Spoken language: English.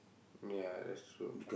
ya that's true